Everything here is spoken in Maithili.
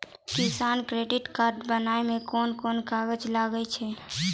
किसान क्रेडिट कार्ड बनाबै मे कोन कोन कागज लागै छै?